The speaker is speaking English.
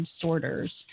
sorters